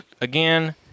Again